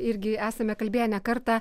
irgi esame kalbėję ne kartą